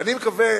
אני מקווה